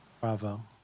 Bravo